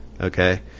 Okay